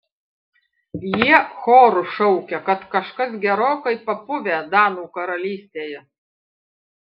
jie choru šaukia kad kažkas gerokai papuvę danų karalystėje